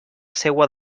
seua